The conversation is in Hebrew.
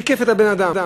שיקף את הבן-אדם,